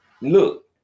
look